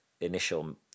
initial